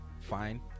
fine